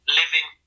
living